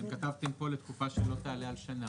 אתם כתבתם פה: לתקופה שלא תעלה על שנה.